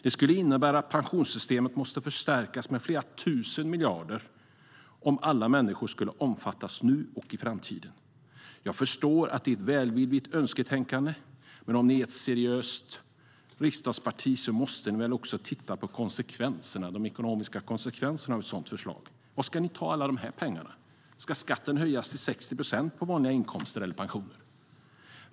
Det skulle innebära att pensionssystemet måste förstärkas med flera tusen miljarder om alla människor skulle omfattas nu och i framtiden. Jag förstår att det är ett välvilligt önsketänkande, men om ni är ett seriöst riksdagsparti så måste ni väl också titta på de ekonomiska konsekvenserna av ett sådant förslag. Varifrån ska ni ta alla dessa pengar? Ska skatten höjas till 60 procent på vanliga inkomster och pensioner?